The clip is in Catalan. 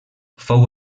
fou